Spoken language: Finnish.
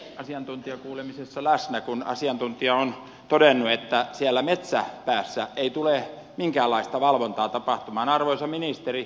olen ollut itse asiantuntijakuulemisessa läsnä kun asiantuntija on todennut että siellä metsäpäässä ei tule minkäänlaista valvontaa tapahtumaan